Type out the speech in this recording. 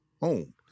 home